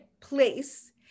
place